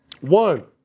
One